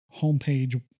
homepage